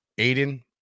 aiden